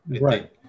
Right